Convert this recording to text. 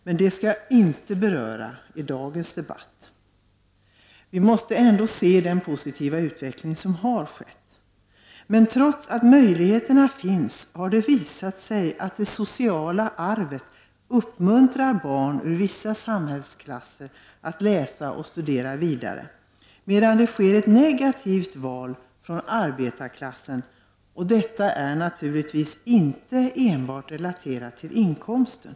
Men det skall jag inte beröra i dagens debatt. Vi måste ändå se på den positiva utveckling som har skett. Men trots att möjligheterna finns har det visat sig att det sociala arvet uppmuntrar barn ur vissa samhällsklasser att läsa och studera vidare, medan det sker ett negativt val från arbetarklassen. Detta är naturligtvis inte enbart relaterat till inkomsten.